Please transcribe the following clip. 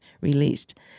released